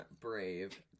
Brave